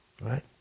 right